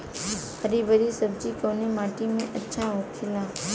हरी हरी सब्जी कवने माटी में अच्छा होखेला?